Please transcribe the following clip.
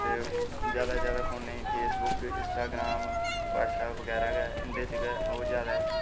ते जां जे जां ते फोन्नै च फेसबुक इंसटाग्राम ब्हाटसऐप बगैरा गै इं'दे च गै ओह् जैदा